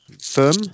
firm